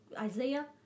Isaiah